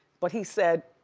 but he said,